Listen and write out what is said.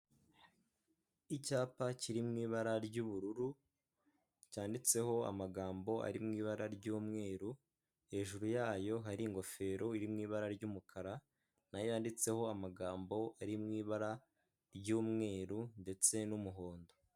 Icyapa kiri mu ibara ry'ubururu cyanditseho amagambo ari mu ibara ry'umweru, hejuru yayo hari ingofero iri mui ibara ry'umukara nayo yanditseho amagambo ari mu ibara ry'umweru ndetse n'umuhondo.